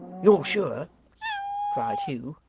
you're sure cried hugh,